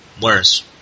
worse